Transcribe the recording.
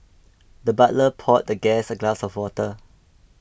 the butler poured the guest a glass of water